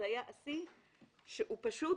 פשוט